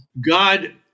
God